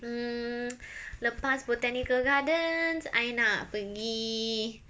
mm lepas botanical gardens I nak pergi